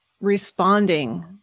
responding